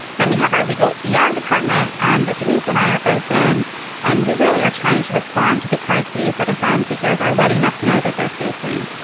then we have our legal e r department and that denise and i are both in and we really are trying to restore. bond to the crises that asylum seekers are letting us know that they're facing.